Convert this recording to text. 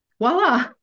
voila